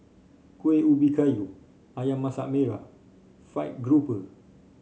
Kuih Ubi Kayu ayam Masak Merah fried grouper